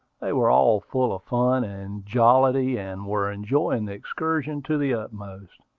they were all full of fun and jollity, and were enjoying the excursion to the utmost.